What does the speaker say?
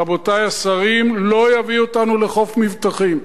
רבותי השרים, לא יביא אותנו לחוף מבטחים.